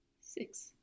six